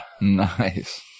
Nice